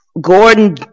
Gordon